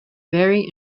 vary